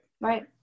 right